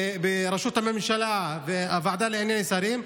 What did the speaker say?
בראשות הממשלה ובוועדה לענייני שרים,